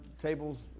tables